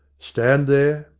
stand there?